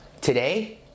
Today